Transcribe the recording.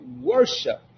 worship